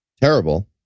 terrible